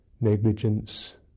negligence